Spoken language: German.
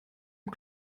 dem